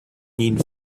nhìn